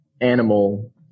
animal